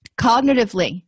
Cognitively